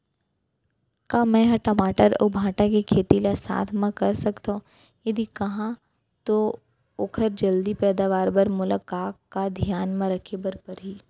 का मै ह टमाटर अऊ भांटा के खेती ला साथ मा कर सकथो, यदि कहाँ तो ओखर जलदी पैदावार बर मोला का का धियान मा रखे बर परही?